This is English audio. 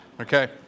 Okay